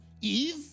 Eve